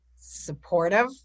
supportive